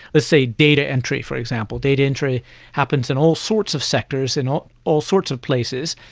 let's say data entry for example. data entry happens in all sorts of sectors in all all sorts of places,